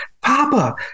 Papa